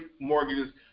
mortgages